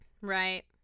Right